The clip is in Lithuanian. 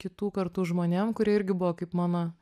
kitų kartų žmonėm kurie irgi buvo kaip mano